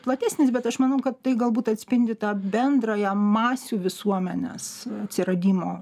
platesnis bet aš manau kad tai galbūt atspindi tą bendrąją masių visuomenės atsiradimo